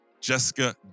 Jessica